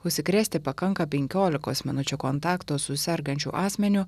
užsikrėsti pakanka penkiolikos minučių kontakto su sergančiu asmeniu